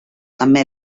també